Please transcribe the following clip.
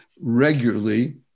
regularly